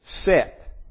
set